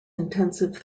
intensive